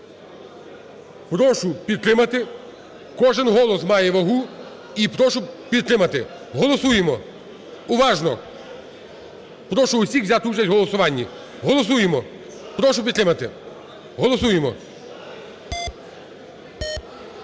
прошу підтримати. Кожен голос має вагу, і прошу підтримати. Голосуємо уважно. Прошу всіх взяти участь у голосуванні. Голосуємо, прошу підтримати, голосуємо.